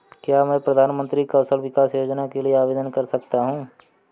क्या मैं प्रधानमंत्री कौशल विकास योजना के लिए आवेदन कर सकता हूँ?